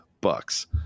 bucks